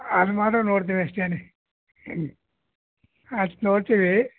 ಅದು ಮಾತ್ರ ನೋಡ್ತೇವೆ ಅಷ್ಟೇ ಹ್ಞೂ ಅಷ್ಟು ನೋಡ್ತೀವಿ